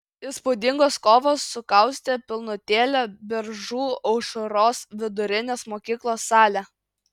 įspūdingos kovos sukaustė pilnutėlę biržų aušros vidurinės mokyklos salę